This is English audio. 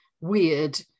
weird